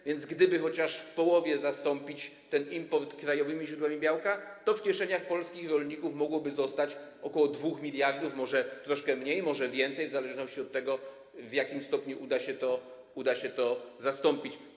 A więc gdyby chociaż w połowie zastąpić ten import krajowymi źródłami białka, to w kieszeniach polskich rolników mogłoby zostać ok. 2 mld, może troszkę mniej, może więcej, w zależności od tego, w jakim stopniu uda się to zastąpić.